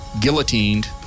guillotined